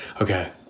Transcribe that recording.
okay